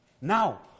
Now